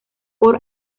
por